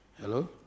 Hello